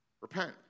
Repent